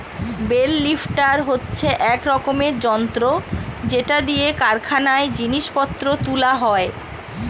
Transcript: bell lifter হচ্ছে এক রকমের যন্ত্র যেটা দিয়ে কারখানায় জিনিস পত্র তুলা হয়